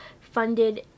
funded